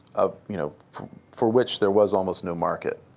ah you know for which there was almost no market.